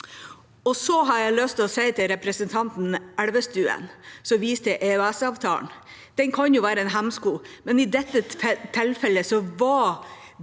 jeg lyst å si til representanten Elvestuen, som viste til EØSavtalen: Den kan jo være en hemsko, men i dette tilfellet var det